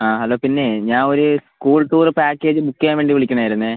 ആ ഹലോ പിന്നെ ഞാൻ ഒരു സ്കൂൾ ടൂർ പാക്കേജ് ബുക്ക് ചെയ്യാൻ വേണ്ടി വിളിക്കണതായിരുന്നു